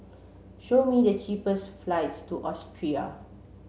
show me the cheapest flights to Austria